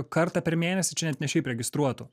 kartą per mėnesį čia net ne šiaip registruotų